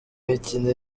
mikino